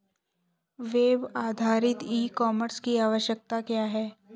Web आधारित e commerce की आवश्यकता क्या है?